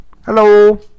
Hello